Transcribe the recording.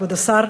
כבוד השר,